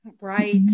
Right